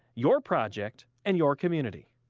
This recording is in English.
your project and your community.